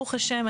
ברוך השם,